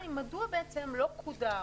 שתיים מדוע לא קודם